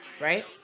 right